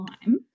time